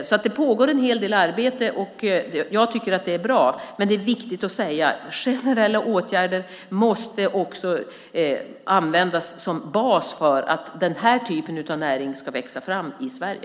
Så det pågår en hel del arbete, och jag tycker att det är bra. Men det är viktigt att säga: Generella åtgärder måste också användas som bas för att den här typen av näring ska växa fram i Sverige.